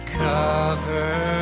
cover